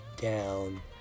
down